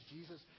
Jesus